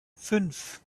fünf